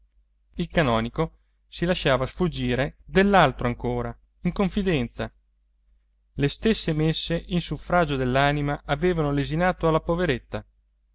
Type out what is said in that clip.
il canonico si lasciava sfuggire dell'altro ancora in confidenza le stesse messe in suffragio dell'anima avevano lesinato alla poveretta